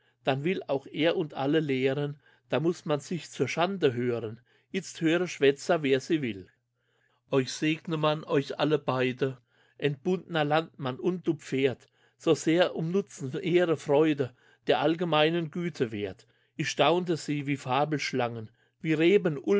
dann will auch er und alle lehren da muß man sich zur schande hören itzt höre schwätzer wer sie will euch segne man euch alle beide entbundner landmann und du pferd so sehr um nutzen ehre freude der allgemeine güter werth ich staunte sie wie fabelschlangen wie